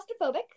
claustrophobic